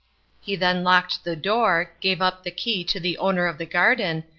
he then locked the door, gave up the key to the owner of the garden,